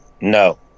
No